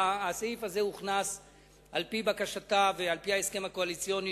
הסעיף הזה הוכנס על-פי בקשתה ועל-פי ההסכם הקואליציוני